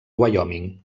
wyoming